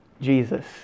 Jesus